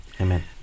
Amen